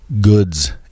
goods